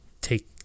take